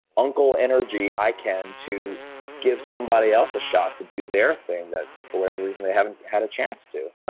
uncle energy i can to give somebody else a shot to do their thing that for whatever reason, they haven't had a chance to.